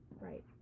Right